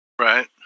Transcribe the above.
right